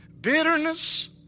bitterness